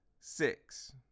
six